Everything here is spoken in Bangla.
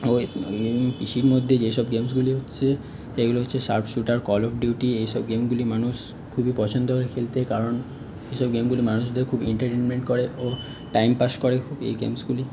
ও পিসির মধ্যে যেসব গেমসগুলি হচ্ছে সেগুলো হচ্ছে shark shooter call of duty এই সব গেমগুলি মানুষ খুবই পছন্দ করে খেলতে কারণ এই সব গেমগুলি মানুষদের খুবই এন্টারটেনমেন্ট করে ও টাইম পাস করে খুব এই গেমসগুলি